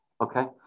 okay